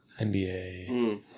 NBA